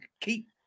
Keep